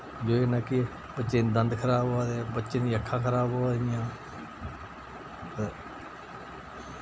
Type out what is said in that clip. जुदे कन्नै के बच्चें दे दंद खराब होआ दे बच्चें दी अक्खां खराब होआ दियां ते